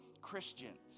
Christians